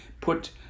put